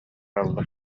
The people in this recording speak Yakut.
ылла